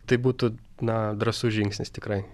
tai būtų na drąsus žingsnis tikrai